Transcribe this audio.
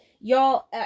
Y'all